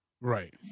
Right